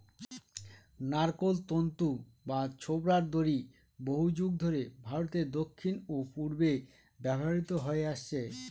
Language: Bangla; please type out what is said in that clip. নারকোল তন্তু বা ছোবড়ার দড়ি বহুযুগ ধরে ভারতের দক্ষিণ ও পূর্বে ব্যবহৃত হয়ে আসছে